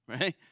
right